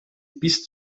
bis